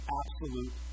absolute